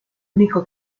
único